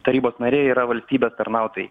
tarybos nariai yra valstybės tarnautojai